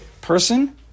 person